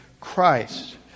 christ